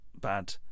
bad